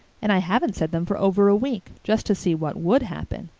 and i haven't said them for over a week, just to see what would happen.